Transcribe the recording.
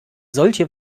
solche